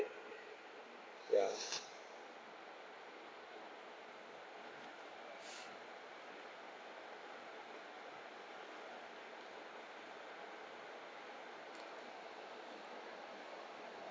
ya